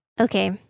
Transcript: Okay